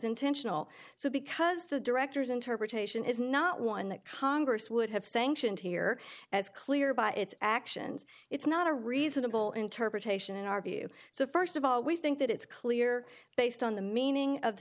intentional so because the director's interpretation is not one that congress would have sanctioned here as clear by its actions it's not a reasonable interpretation in our view so first of all we think that it's clear based on the meaning of the